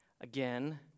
Again